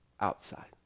outside